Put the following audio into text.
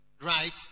right